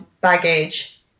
baggage